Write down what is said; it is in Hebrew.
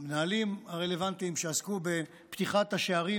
והמנהלים הרלוונטיים שעסקו בפתיחת השערים